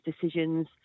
decisions